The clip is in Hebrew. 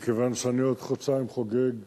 מכיוון שאני בעוד חודשיים חוגג 68,